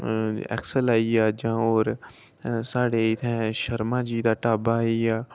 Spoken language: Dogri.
एक्सल आइया जां होर साढ़े इत्थें शर्मा जी दा ढाबा आइया